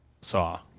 saw